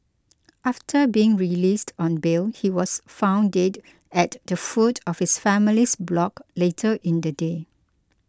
after being released on bail he was found dead at the foot of his family's block later in the day